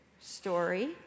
story